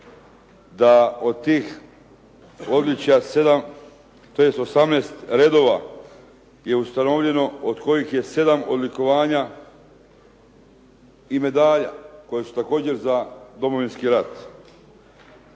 Da od tih odličja sedam, tj. osamnaest redova je ustanovljeno od kojih je sedam odlikovanja i medalja koje su također za Domovinski rat.